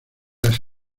las